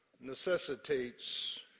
necessitates